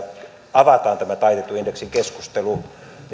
avataan tämä taitetun indeksin keskustelu niin